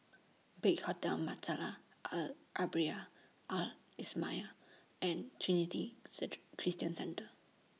Big Hotel Al Al Islamiah and Trinity Christian Centre